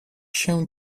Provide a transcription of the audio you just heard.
się